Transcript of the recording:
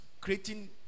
creating